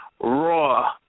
Raw